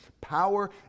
Power